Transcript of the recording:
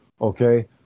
Okay